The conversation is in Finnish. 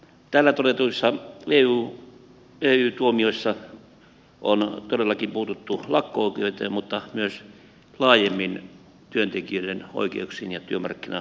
täällä todetuissa ey tuomioissa on todellakin puututtu lakko oikeuteen mutta myös laajemmin työntekijöiden oikeuksiin ja työmarkkinaoikeuksiin